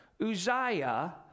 Uzziah